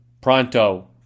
pronto